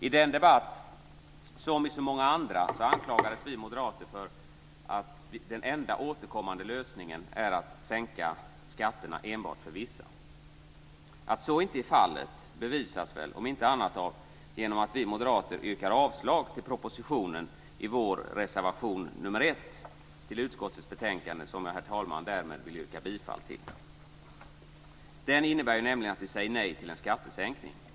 I den debatten, som i så många andra, anklagades vi moderater för att den enda återkommande lösningen är att sänka skatterna enbart för vissa. Att så inte är fallet bevisas väl om inte annat genom att vi moderater yrkar avslag på propositionen i reservation 1 i utskottets betänkande, som jag därmed, herr talman, vill yrka bifall till. Den innebär nämligen att vi säger nej till en skattesänkning.